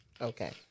okay